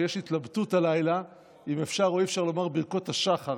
יש התלבטות הלילה אם אפשר או אי-אפשר לומר את ברכות השחר,